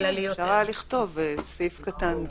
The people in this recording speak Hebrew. אפשר היה לכתוב סעיף קטן (ב),